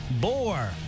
Boar